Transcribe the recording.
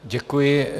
Děkuji.